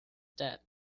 debt